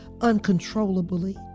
uncontrollably